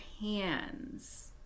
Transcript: hands